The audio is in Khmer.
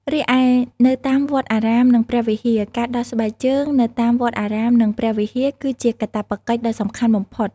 រីឯនៅតាមវត្តអារាម និងព្រះវិហារ ការដោះស្បែកជើងនៅតាមវត្តអារាមនិងព្រះវិហារគឺជាកាតព្វកិច្ចដ៏សំខាន់បំផុត។